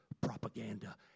propaganda